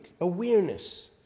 awareness